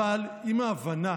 אבל אם ההבנה